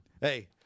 hey